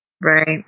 Right